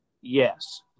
Yes